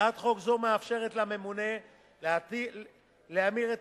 הצעת חוק זו מאפשרת לממונה להמיר את